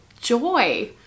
joy